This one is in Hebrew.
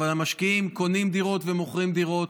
אבל המשקיעים קונים דירות ומוכרים דירות,